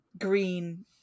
green